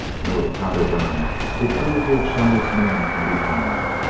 no, the powder-burn would prove he had shot his man from behind,